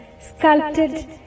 sculpted